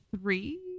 three